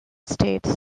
states